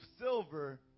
silver